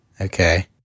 Okay